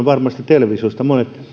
varmasti televisiosta